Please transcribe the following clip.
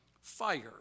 fire